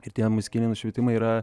ir tie muzikiniai nušvitimai yra